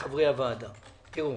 לחברי הוועדה אני רוצה לומר